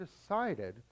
decided